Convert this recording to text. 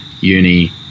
uni